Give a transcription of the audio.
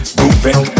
moving